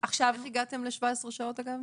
איך הגעתם ל-17 שעות?